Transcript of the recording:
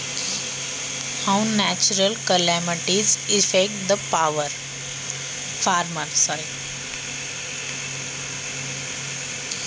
नैसर्गिक आपत्तींचा शेतकऱ्यांवर कसा परिणाम होतो?